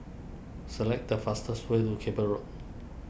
select the fastest way to Cable Road